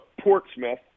Portsmouth